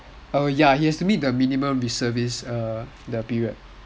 eh ya he needs to meet the minimum reservist period